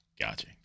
Gotcha